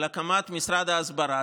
על הקמת משרד ההסברה.